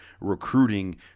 recruiting